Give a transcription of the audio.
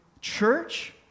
church